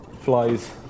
flies